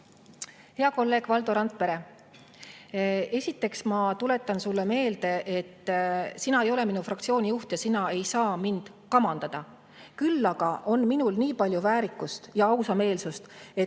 Hea kolleeg Valdo Randpere! Esiteks ma tuletan sulle meelde, et sina ei ole minu fraktsiooni juht ja sina ei saa mind kamandada. Küll aga on minul nii palju väärikust ja ausameelsust, et